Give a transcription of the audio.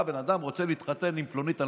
בא בן אדם, רוצה להתחתן עם פלונית-אלמונית,